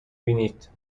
بینید